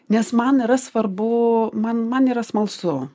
nes man yra svarbu man man yra smalsu